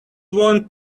want